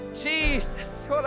Jesus